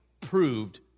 proved